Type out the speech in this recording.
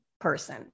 person